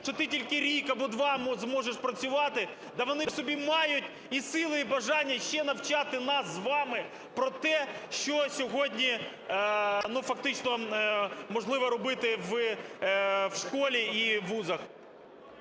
що "ти тільки рік або два зможеш працювати"… та вони в собі мають і сили, і бажання ще навчати нас з вами, про те, що сьогодні фактично можливо робити в школі і вузах.